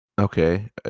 Okay